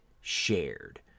shared